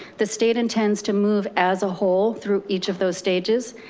the state intends to move as a whole through each of those stages,